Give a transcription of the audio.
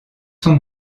son